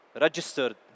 registered